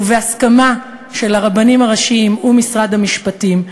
ובהסכמה של הרבנים הראשיים ומשרד המשפטים.